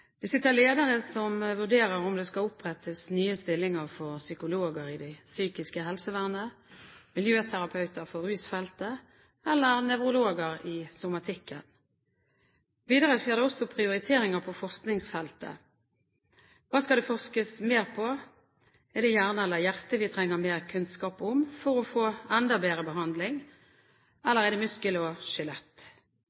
Det sitter ledere som vurderer om det skal opprettes nye stillinger for psykologer i det psykiske helsevernet, miljøterapeuter på rusfeltet eller nevrologer i somatikken. Videre skjer det prioriteringer på forskningsfeltet. Hva skal det forskes mer på? Er det hjerne eller hjerte vi trenger mer kunnskap om for å få enda bedre behandling,